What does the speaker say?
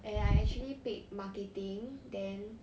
and I actually picked marketing then